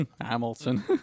Hamilton